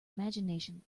imagination